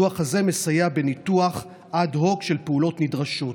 בדוח הזה ניתוח אד-הוק של פעולות נדרשות,